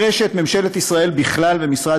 נראה שאת ממשלת ישראל בכלל ואת משרד